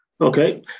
Okay